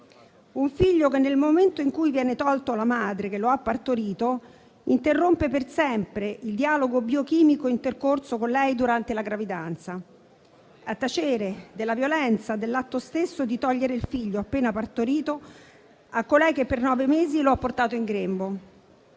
Un figlio che, nel momento in cui viene tolto alla madre che lo ha partorito, interrompe per sempre il dialogo biochimico intercorso con lei durante la gravidanza, a tacere della violenza dell'atto stesso di togliere il figlio appena partorito a colei che per nove mesi lo ha portato in grembo.